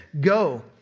go